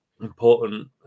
Important